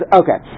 okay